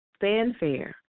fanfare